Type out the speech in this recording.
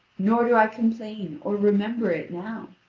nor do i complain or remember it now.